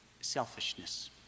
Selfishness